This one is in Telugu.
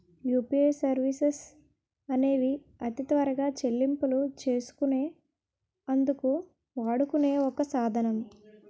యూపీఐ సర్వీసెస్ అనేవి అతి త్వరగా చెల్లింపులు చేసుకునే అందుకు వాడుకునే ఒక సాధనం